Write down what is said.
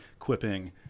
quipping